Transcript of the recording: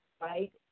Right